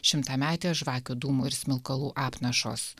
šimtametė žvakių dūmų ir smilkalų apnašos